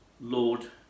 Lord